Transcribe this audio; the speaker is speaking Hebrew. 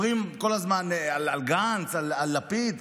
אומרים כל הזמן על גנץ, על לפיד,